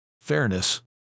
fairness